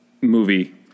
movie